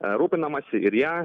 rūpinamasi ir ja